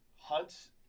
hunts